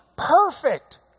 Perfect